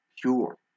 pure